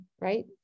right